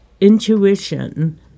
intuition